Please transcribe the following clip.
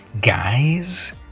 Guys